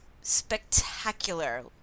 spectacular